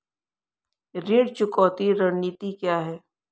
ऋण चुकौती रणनीति क्या है?